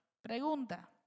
Pregunta